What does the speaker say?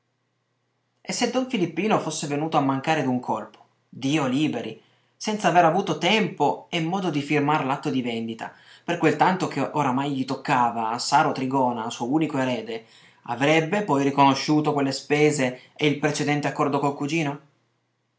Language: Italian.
e se don filippino fosse venuto a mancare d'un colpo dio liberi senza aver tempo e modo di firmar l'atto di vendita per quel tanto che oramai gli toccava saro trigona suo unico erede avrebbe poi riconosciuto quelle spese e il precedente accordo col cugino